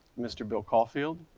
mr. bill caulfield,